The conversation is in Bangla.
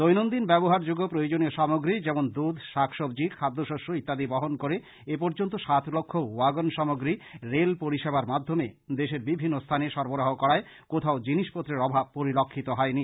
দৈনন্দিন ব্যবহারযোগ্য প্রয়োজনীয় সামগ্রী যেমন দুধ শাকসজি খাদ্যশস্য ইত্যাদি বহন করে এপর্যন্ত সাত লক্ষ ওয়াগন সামগ্রী রেল পরিষেবার মাধ্যমে দেশের বিভিন্ন স্থানে সরবরাহ করায় কোথাও জিনিসপত্রের অভাব পরিলক্ষিত হয়নি